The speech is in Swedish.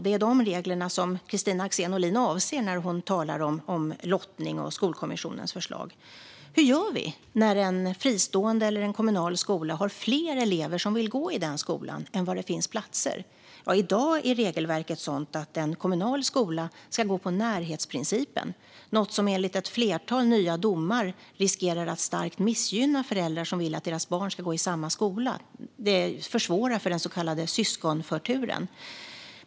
Det är de regler som Kristina Axén Olin avser när hon talar om lottning och Skolkommissionens förslag. Hur gör vi när det är fler elever som vill gå i en fristående skola eller en kommunal skola än det finns plats för? Ja, i dag är regelverket sådant att en kommunal skola ska följa närhetsprincipen. Det är något som enligt ett flertal nya domar riskerar att starkt missgynna föräldrar som vill att deras barn ska gå i samma skola. Det försvårar för den så kallade syskonförturen.